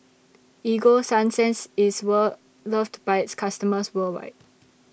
Ego Sunsense IS Well loved By its customers worldwide